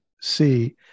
see